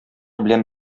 белән